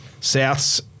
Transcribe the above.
Souths